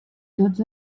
tots